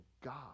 God